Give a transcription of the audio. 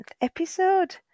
episode